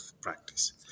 practice